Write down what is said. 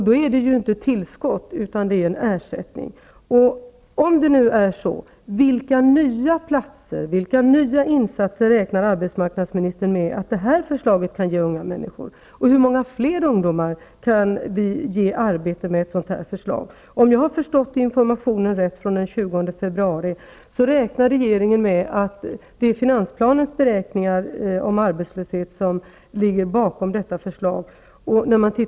Då är det inte ett tillskott utan en ersättning. Om det nu är så, vilka nya insatser räknar arbetsmarknadsministern med att detta förslag kan innebära för unga människor och hur många fler ungdomar kan vi ge arbete med ett sådant här förslag? Om jag har förstått informationen från den 20 februari rätt, är det finansplanens beräkningar om arbetslöshet som ligger bakom detta förslag.